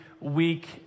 week